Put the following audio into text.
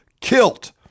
kilt